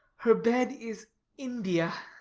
her bed is india